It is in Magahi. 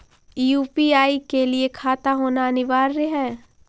यु.पी.आई के लिए खाता होना अनिवार्य है?